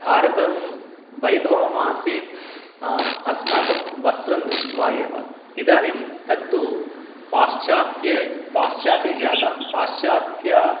भारतं वैभवमासीत् अस्माकं वस्रन् दृष्ट्वा एव इदानीं तत्तु पाश्चात्यः पाश्चात्यः जात पाश्चात्यः